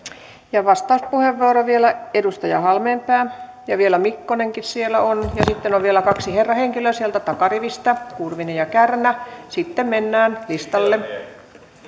ja vastauspuheenvuoro vielä edustaja halmeenpää ja vielä mikkonenkin siellä listalla on ja sitten on vielä kaksi herrahenkilöä sieltä takarivistä kurvinen ja kärnä sitten mennään listalle